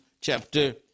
chapter